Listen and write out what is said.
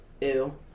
ew